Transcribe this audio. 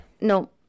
no